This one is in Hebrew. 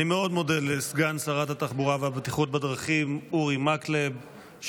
אני מאוד מודה לסגן שרת התחבורה והבטיחות בדרכים אורי מקלב,